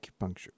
acupuncture